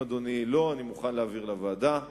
אם אדוני לא מסתפק אני מוכן להעביר לוועדה,